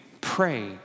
Pray